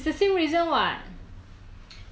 it's the same reason [what]